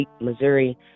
Missouri